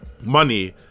money